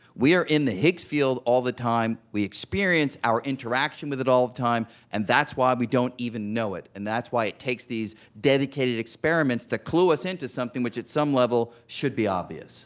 we are in the higgs field all the time, we experience our interaction with it all the time, and that's why we don't even know it. and that's why it takes these dedicated experiments to clue us into something, which at some level, should be obvious